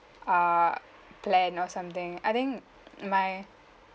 err plan or something I think my